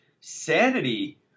Sanity